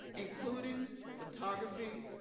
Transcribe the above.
including photography,